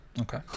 Okay